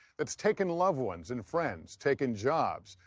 that's taken loved ones and friends, taken jobs,